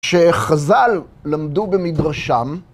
כשחז"ל למדו במדרשם,